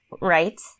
right